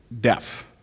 Deaf